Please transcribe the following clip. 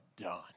done